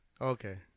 Okay